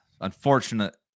Unfortunate